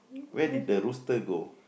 where did the rooster go